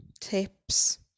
tips